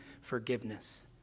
forgiveness